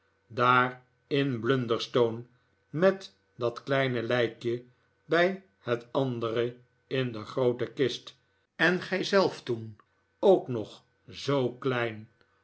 daar in blunderstone met dat kleine lijkje bij het andere in de groote kist en gij zelf toen ook nog zoo klein